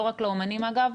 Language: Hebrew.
לא רק לאמנים אגב,